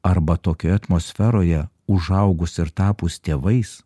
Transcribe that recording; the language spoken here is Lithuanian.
arba tokioje atmosferoje užaugus ir tapus tėvais